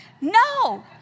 No